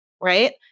Right